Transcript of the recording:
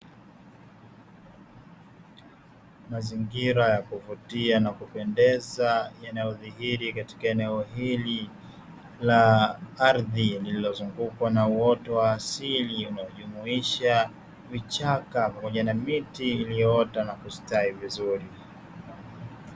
Mazingira ya kuvutia na kupendeza, yanayodhihiri katika eneo hili la ardhi, lililozungukwa na uoto wa asili, unaojumuisha vichaka pamoja na miti iliyoota na kustawi vizuri.